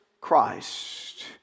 Christ